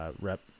rep